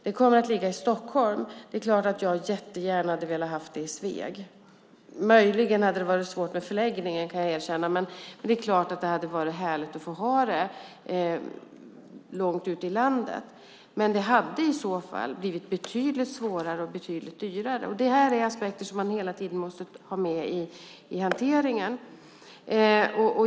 Det kommer att ligga i Stockholm. Det är klart att jag jättegärna hade velat ha det i Sveg. Det hade möjligen varit svårt med förläggningen, kan jag erkänna, men det är klart att det hade varit härligt att få ha det långt ute i landet. Men i så fall hade det blivit betydligt svårare och betydligt dyrare. Det här är aspekter som man hela tiden måste ha med i hanteringen.